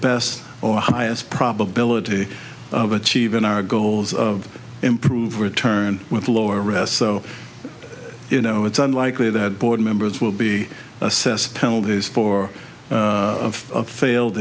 best or highest probability of achieving our goals of improving return with lower rest so you know it's unlikely that board members will be assessed penalties for of failed